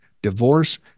divorce